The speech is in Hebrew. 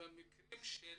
במקרים של